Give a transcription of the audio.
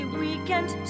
weekend